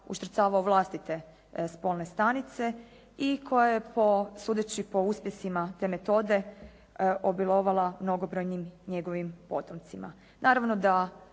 uštrcavao vlastite spolne stanice i koje po, sudeći po uspjesima te metode obilovala mnogobrojnim njegovim potomcima.